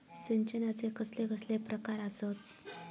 सिंचनाचे कसले कसले प्रकार आसत?